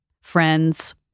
friends